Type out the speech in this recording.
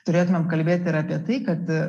turėtumėm kalbėt ir apie tai kad